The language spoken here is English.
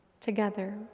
together